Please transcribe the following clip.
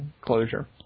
Closure